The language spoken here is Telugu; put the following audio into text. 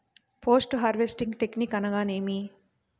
పోస్ట్ హార్వెస్టింగ్ టెక్నిక్ అనగా నేమి?